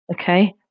Okay